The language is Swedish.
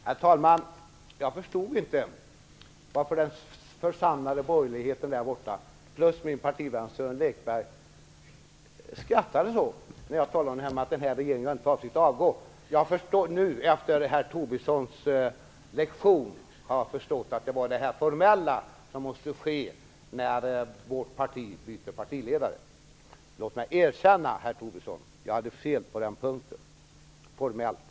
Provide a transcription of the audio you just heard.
Herr talman! Jag förstod inte varför den församlade borgerligheten där borta i kammaren och även min partivän Sören Lekberg skrattade när jag talade om att den här regeringen inte har för avsikt att avgå. Nu, efter herr Tobissons lektion, har jag förstått att det berodde på det formella som måste ske när vårt parti byter partiledare. Låt mig erkänna, herr Tobisson: Jag hade fel på den punkten - formellt.